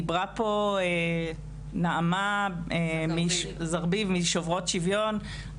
דיברה פה נעמה זרביב משוברות שוויון,